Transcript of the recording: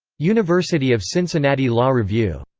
university of cincinnati law review.